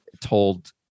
told